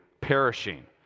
perishing